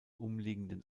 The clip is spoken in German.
umliegenden